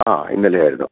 ആ ഇന്നലെയായിരുന്നു